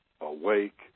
awake